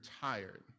tired